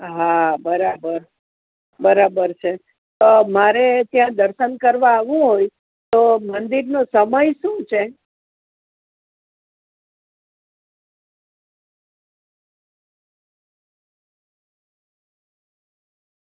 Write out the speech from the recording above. હા બરાબર બરાબર છે મારે ત્યાં દર્શન કરવા આવવું હોય તો મંદિરનો સમય શું છે